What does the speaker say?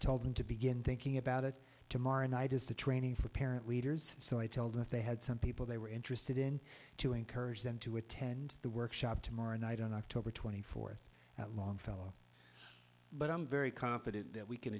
told them to begin thinking about it tomorrow night is the training for parent leaders so i told that they had some people they were interested in to encourage them to attend the workshop tomorrow night on october twenty fourth at longfellow but i'm very confident that we can